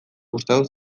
gustatu